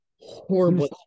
horrible